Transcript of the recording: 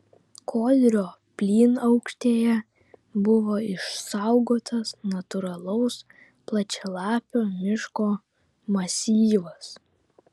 kodrio plynaukštėje buvo išsaugotas natūralaus plačialapio miško masyvas